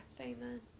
Amen